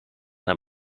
naar